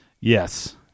yes